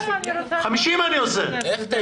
50 אני עושה.